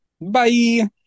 Bye